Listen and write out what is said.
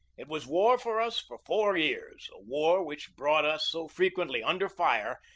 it was war for us for four years, a war which brought us so fre quently under fire,